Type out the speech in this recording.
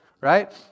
Right